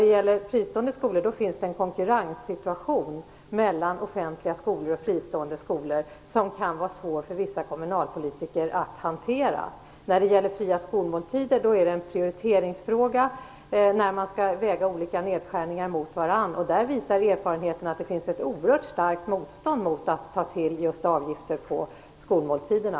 Vad gäller fristående skolor finns det en konkurrenssituation mellan offentliga skolor och fristående skolor som kan vara svår för vissa kommunalpolitiker att hantera. De fria skolmåltiderna är en prioriteringsfråga där man får väga olika nedskärningar mot varandra. Erfarenheten visar att det finns ett oerhört starkt motstånd mot att ta till avgifter på skolmåltiderna.